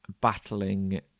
battling